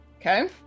Okay